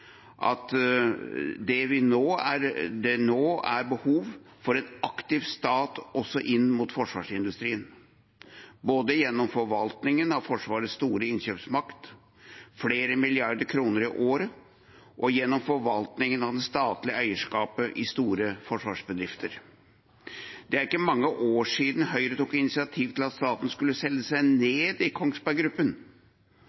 at det nå er behov for en aktiv stat også inn mot forsvarsindustrien, både gjennom forvaltningen av Forsvarets store innkjøpsmakt – flere milliarder kroner i året – og gjennom forvaltningen av det statlige eierskapet i store forsvarsbedrifter. Det er ikke mange år siden Høyre tok initiativ til at staten skulle selge seg